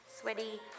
sweaty